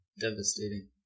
Devastating